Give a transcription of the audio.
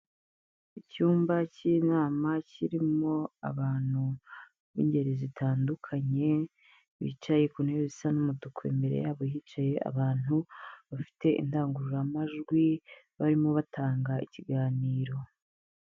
Icyumba cy'inama kirimo abantu b'ingeri zitandukanye, bicaye ku ntebe zisa n'umutuku imbere yabo hicaye abantu bafite indangururamajwi, barimo batanga ikiganiro.